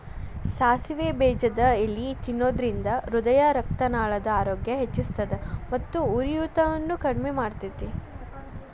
ಸಾಸಿವೆ ಬೇಜದ ಎಲಿ ತಿನ್ನೋದ್ರಿಂದ ಹೃದಯರಕ್ತನಾಳದ ಆರೋಗ್ಯ ಹೆಚ್ಹಿಸ್ತದ ಮತ್ತ ಉರಿಯೂತವನ್ನು ಕಡಿಮಿ ಮಾಡ್ತೆತಿ